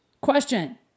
Question